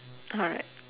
alright